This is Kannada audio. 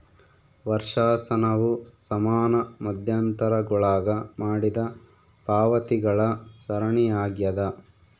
ವರ್ಷಾಶನವು ಸಮಾನ ಮಧ್ಯಂತರಗುಳಾಗ ಮಾಡಿದ ಪಾವತಿಗಳ ಸರಣಿಯಾಗ್ಯದ